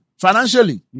financially